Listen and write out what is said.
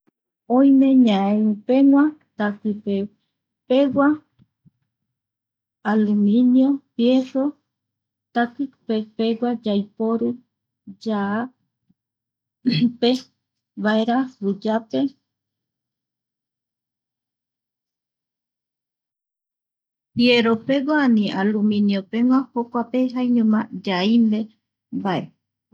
Oime ñaeupegua taki pe pegua, aluminio, fierro, takipe pegua yaiporu yaa pe vaera, guiyape, jieropegua ani aluminio pegua jokuape jaiñoma yaimbe mbae